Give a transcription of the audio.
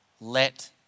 let